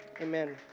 Amen